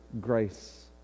grace